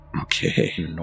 Okay